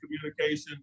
communication